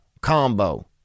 combo